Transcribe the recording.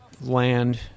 land